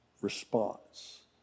response